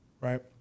right